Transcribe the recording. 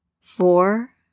Four